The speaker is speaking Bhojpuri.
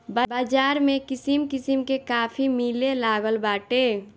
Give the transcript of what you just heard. बाज़ार में किसिम किसिम के काफी मिलेलागल बाटे